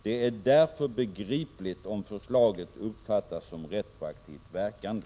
Det är därför begripligt om förslaget uppfattas som retroaktivt verkande.”